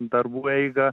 darbų eigą